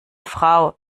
frau